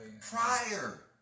Prior